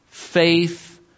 faith